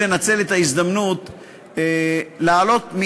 לנצל את ההזדמנות להעלות,